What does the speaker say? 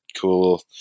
cool